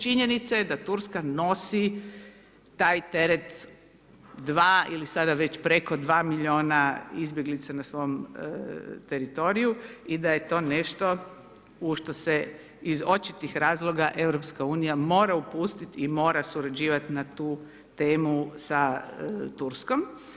Činjenica je da Turska nosi taj teret 2 ili sada već preko 2 miliona izbjeglica na svom teritoriju i da je to nešto u što se iz očitih razloga Europska unija mora upustit i mora surađivat na tu temu sa Turskom.